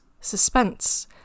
suspense